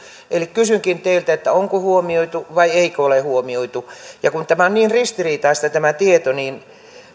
kysynkin teiltä onko huomioitu vai eikö ole huomioitu kun on niin ristiriitaista tämä tieto niin